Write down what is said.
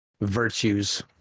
virtues